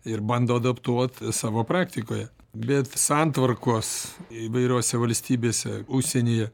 ir bando adaptuoti savo praktikoje bet santvarkos įvairiose valstybėse užsienyje